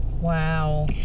Wow